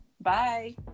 Bye